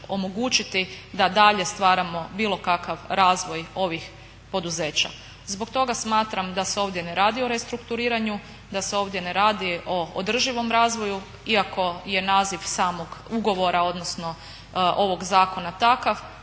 omogućiti da dalje stvaramo bilo kakav razvoj ovih poduzeća. Zbog toga smatram da se ovdje ne radi o restrukturiranju, da se ovdje ne radi o održivom razvoju iako je naziv samog ugovora odnosno ovog zakona takav,